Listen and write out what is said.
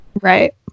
right